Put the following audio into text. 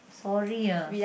sorry ah